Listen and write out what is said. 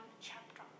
chapter